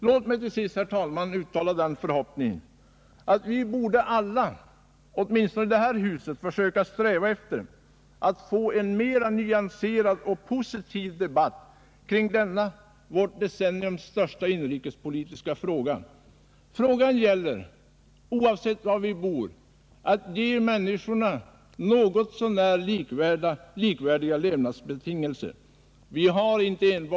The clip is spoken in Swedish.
Låt mig till sist, herr talman, uttala den förhoppningen, att vi alla — åtminstone i detta hus — kommer att sträva efter att få en mera nyanserad och positiv debatt kring denna decenniets största inrikespolitiska fråga. Det gäller; oavsett var vi bor, att ge människorna något så när likvärdiga levnadsbetingelser.